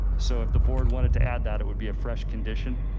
so if the board wanted to add that it would be a fresh condition.